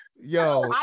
Yo